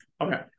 okay